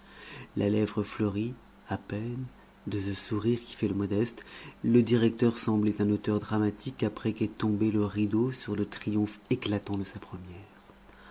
la lèvre fleurie à peine de ce sourire qui fait le modeste le directeur semblait un auteur dramatique après qu'est tombé le rideau sur le triomphe éclatant de sa première